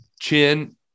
chin